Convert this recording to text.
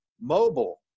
mobile